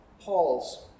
Paul's